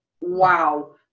wow